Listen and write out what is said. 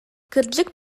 кырдьык